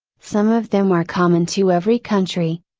some of them are common to every country,